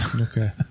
Okay